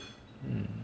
mm